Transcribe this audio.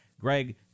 Greg